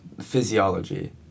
physiology